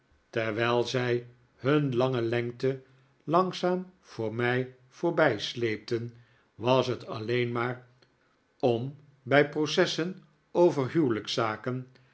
terwijl zij hun lange lengte langzaam voor mij voorbijsleepten was het alleen maar om bij processen over